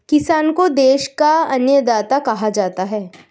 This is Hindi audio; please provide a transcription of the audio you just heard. किसान को देश का अन्नदाता कहा जाता है